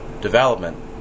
development